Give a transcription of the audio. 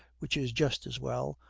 which is just as well,